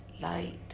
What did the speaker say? light